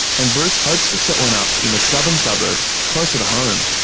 and bruce hopes to set one up in the southern suburbs, closer to home.